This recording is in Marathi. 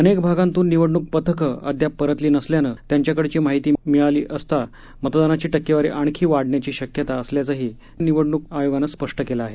अनेक भागांतून निवडणूक पथकं अद्याप परतली नसल्यानं त्यांच्याकडची माहिती मिळाली असता मतदानाची टक्केवारी आणखी वाढण्याची शक्यता असल्याचंही निवडणुक आयोगानं स्पष्ट केलं आहे